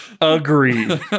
Agreed